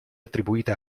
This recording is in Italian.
attribuite